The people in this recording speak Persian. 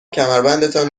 کمربندتان